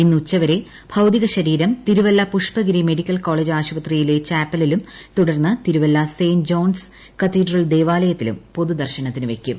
ഇന്ന് ഉച്ചവരെ ഭൌതിക ശരീരം തിരുവല്ല പുഷ്പഗിരി മെഡിക്കൽ കോളേജ് ആശുപത്രിയിലെ ചാപ്പലിലും തുടർന്ന് തിരുവല്ല സെന്റ് ജോൺസ് കത്തീഡ്രൽ ദൈവാലയത്തിലും പൊതുദർശനത്തിന് വെക്കും